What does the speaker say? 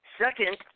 Second